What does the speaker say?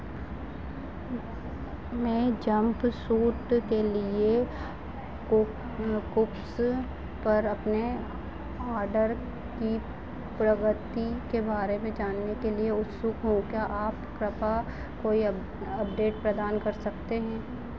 मैं जंपसूट के लिए कूव्स पर अपने ऑर्डर की प्रगति के बारे में जानने के लिए उत्सुक हूँ क्या आप कृपया कोई अप अपडेट प्रदान कर सकते हैं